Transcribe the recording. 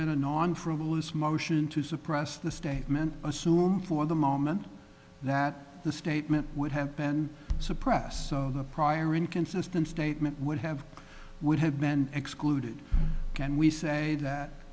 been an on frivolous motion to suppress the statement assume for the moment that the statement would have been suppressed so the prior inconsistent statement would have would have been excluded can we say